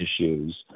issues